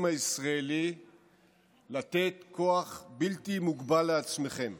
הישראלי לתת כוח בלתי מוגבל לעצמכם.